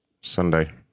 Sunday